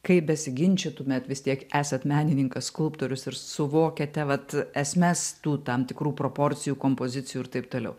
kaip besiginčytumėt vis tiek esat menininkas skulptorius ir suvokiate vat esmes tų tam tikrų proporcijų kompozicijų ir taip toliau